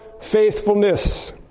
faithfulness